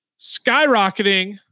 skyrocketing